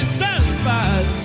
satisfied